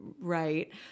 right